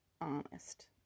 honest